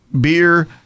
beer